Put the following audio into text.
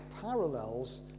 parallels